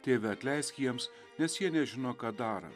tėve atleisk jiems nes jie nežino ką daro